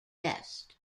best